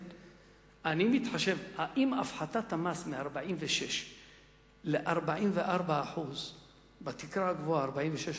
האם הפחתת המס מ-46% ל-44% בתקרה הגבוהה אתה